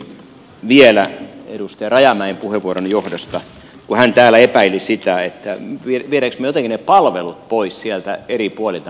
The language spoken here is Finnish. vielä edustaja rajamäen puheenvuoron johdosta kun hän täällä epäili sitä viemmekö me jotenkin ne palvelut pois sieltä eri puolilta maakuntaa